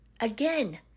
Again